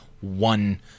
one